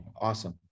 awesome